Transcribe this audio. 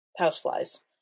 houseflies